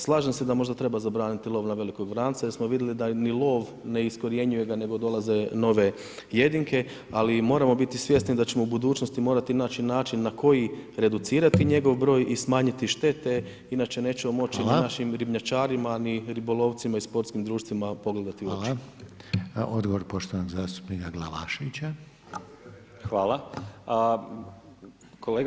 Slažem se da možda treba zabraniti lov na velikog vranca jer smo vidli da ni lov ne iskorjenjuje ga nego dolaze nove jedinke, ali moramo biti svjesni da ćemo u budućnosti morati naći način na koji reducirati njegov broj i smanjiti štete inače nećemo moći [[Upadica: Hvala.]] našim ribnjačarima ni ribolovcima i sportskim društvima pogledati u oči.